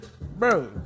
Bro